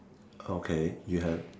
okay you have